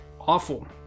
awful